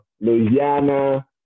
Louisiana